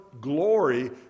glory